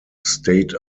state